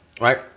right